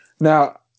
Now